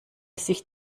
sich